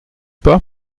pas